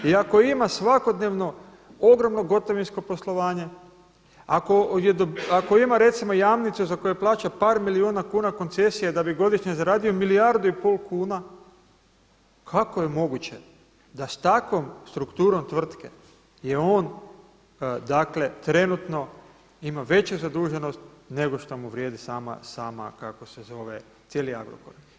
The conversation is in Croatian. I ako ima svakodnevno ogromno gotovinsko poslovanje, ako ima recimo Jamnicu za koju plaća par milijuna kuna koncesije da bi godišnje zaradio milijardu i pol kuna kako je moguće da s takvom strukturom tvrtke je on, dakle trenutno ima veću zaduženost nego što mu vrijedi sama, cijeli Agrokor.